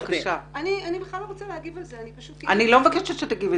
אני לא רוצה בכלל להגיב על זה אני פשוט --- לא ביקשתי שתגיבי.